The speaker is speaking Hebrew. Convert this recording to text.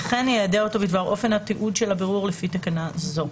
וכן יידע או תו בדבר אופן התיעוד של הבירור לפי תקנה זו.